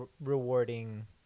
rewarding